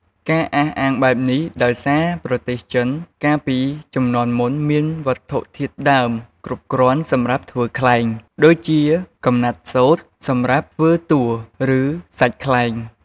ការអះអាងបែបនេះ ដោយសារប្រទសចិនកាលពីជំនាន់មុនមានវត្ថុធាតុដើមគ្រប់គ្រាន់សម្រាប់ធ្វើខ្លែង ដូចជាកំណាត់សូត្រ សម្រាប់ធ្វើតួ ឬសាច់ខ្លែង។